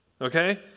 okay